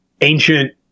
ancient